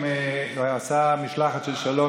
עשה משלחת של שלום,